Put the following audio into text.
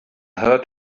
heard